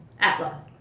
Atla